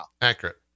accurate